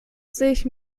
sich